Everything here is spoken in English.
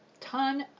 ton